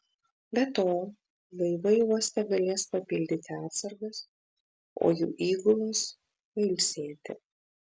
be to laivai uoste galės papildyti atsargas o jų įgulos pailsėti